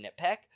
nitpick